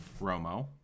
Romo